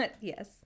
Yes